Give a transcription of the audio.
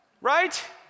right